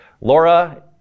Laura